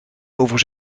over